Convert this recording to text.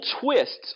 twists